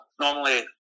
Normally